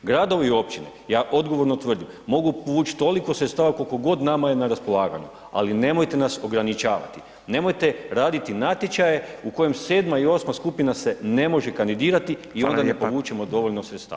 Gradovi i općine, ja odgovorno tvrdim mogu povući toliko sredstava koliko god nama je na raspolaganju ali nemojte nas ograničavati, nemojte raditi natječaje u kojima 7. i 8. skupina se ne može kandidirati i onda ne povučemo dovoljno sredstava.